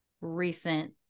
recent